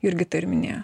jurgita ir minėjo